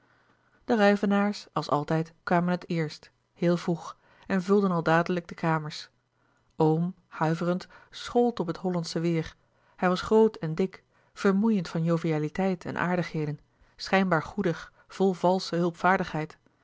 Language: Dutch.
de ruyvenaers als altijd kwamen het eerst heel vroeg en vulden al dadelijk de kamers oom huiverend schold op het hollandsche weêr hij was groot en dik vermoeiend van jovialiteit en aardigheden schijnbaar goedig vol valsche